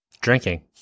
drinking